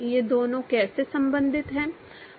ये दोनों कैसे संबंधित हैं